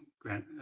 grant